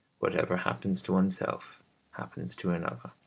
whatever happens to oneself happens to another